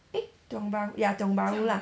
eh tiong bahru ya tiong bahru lah